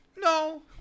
No